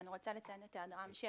ואני רוצה לציין את היעדרם של